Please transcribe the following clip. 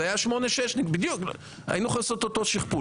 זה היה 8-6. היינו יכולים לעשות את אותו שכפול.